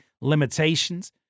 limitations